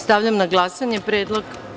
Stavljam na glasanje predlog.